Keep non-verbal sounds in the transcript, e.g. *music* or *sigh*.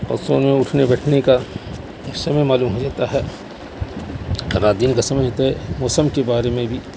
اور سونے اٹھنے بیٹھنے کا سمئے معلوم ہو جاتا ہے *unintelligible* دن کا سمئے تو موسم کے بارے میں بھی